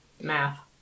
Math